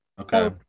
Okay